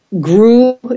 grew